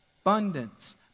abundance